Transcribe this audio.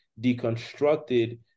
deconstructed